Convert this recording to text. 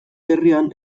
herrian